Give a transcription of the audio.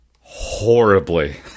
horribly